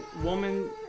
woman